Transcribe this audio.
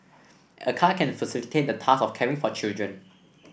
a car can facilitate the task of caring for children